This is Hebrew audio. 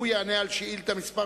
הוא יענה על שאילתא מס'